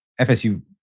FSU